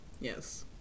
Yes